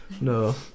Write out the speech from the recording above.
No